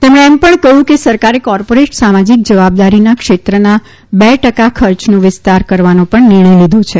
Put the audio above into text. તેમણે એમ પણ કહ્યું કે સરકારે કોર્પોરેટ સામાજિક જવાબદારીના ક્ષેત્રના બે ટકા ખર્ચનો વિસ્તાર કરવાનો પણ નિર્ણય લીધો છે